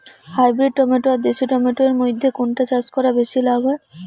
Hybrid tomato আর দেশি tomato এর মইধ্যে কোনটা চাষ করা বেশি লাভ হয়?